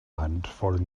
handvoll